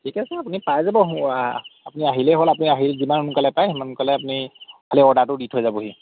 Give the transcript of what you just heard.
ঠিক আছে আপুনি পাই যাব আপুনি আহিলে হ'ল আপুনি আহি যিমান সোনকালে পাই সিমান সোনকালে অৰ্ডাৰটো দি থৈ যাবহি